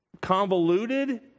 convoluted